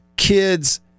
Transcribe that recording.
Kids